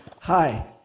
Hi